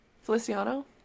Feliciano